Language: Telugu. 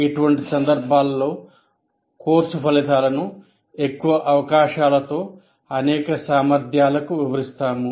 ఇటువంటి సందర్భాల్లో కోర్సు ఫలితాలను ఎక్కువ అవకాశాలతో అనేక సామర్థ్యాలకు వివరిస్తాము